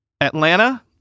Atlanta